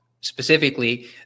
specifically